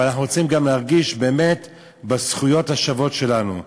אבל אנחנו רוצים גם להרגיש באמת בזכויות השוות שלנו.